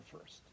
first